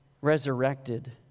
resurrected